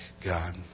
God